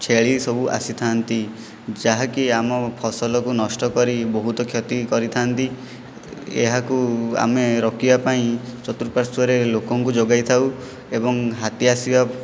ଛେଳି ସବୁ ଆସିଥାନ୍ତି ଯାହାକି ଆମ ଫସଲକୁ ନଷ୍ଟ କରି ବହୁତ କ୍ଷତି କରିଥାନ୍ତି ଏହାକୁ ଆମେ ରୋକିବା ପାଇଁ ଚତୁରପାର୍ଶ୍ଵରେ ଲୋକଙ୍କୁ ଜଗାଇଥାଉ ଏବଂ ହାତୀ ଆସିବା